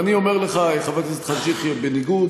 אני אומר לך, חבר הכנסת חאג' יחיא, בניגוד